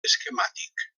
esquemàtic